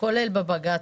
כולל בבג"ץ,